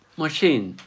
machine